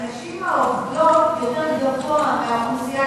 שיעור הנשים העובדות יותר גבוה מבאוכלוסייה